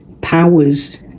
powers